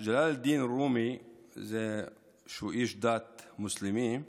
ג'לאל א-דין, איש דת מוסלמי,